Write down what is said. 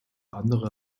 andere